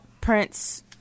Prince